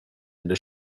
into